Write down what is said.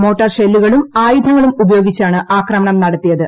mortar ഷെല്ലുകളും ആയുധങ്ങളും ഉപയോഗിച്ചാണ് ആക്രമണം നടത്തിയത്